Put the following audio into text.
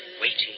Waiting